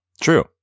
True